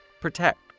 Protect